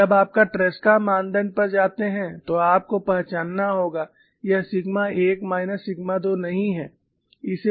और जब आप ट्रेसका मानदंड पर जाते हैं तो आपको पहचानना होगा यह सिग्मा 1 माइनस सिग्मा 2 नहीं है